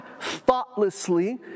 thoughtlessly